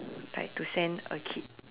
like to send a kid